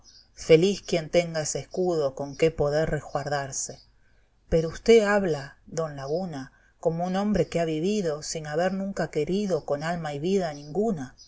feliz quien tenga ese escudo con qué poder rejuardarse pero usté habla don laguna como un hombre que ha vivido sin haber nunca querido con alma y vida a ninguna